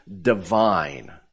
divine